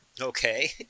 Okay